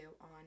on